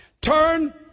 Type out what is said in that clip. Turn